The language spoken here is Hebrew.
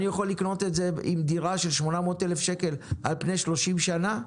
אני יכול לקנות עם זה דירה של 800,000 שקל על פני 30 שנים.